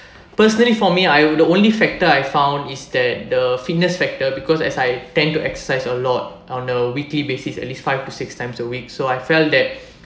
personally for me I would only factor I found is that the fitness factor because as I tend to exercise a lot on a weekly basis at least five to six times a week so I felt that